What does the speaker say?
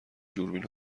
دوربین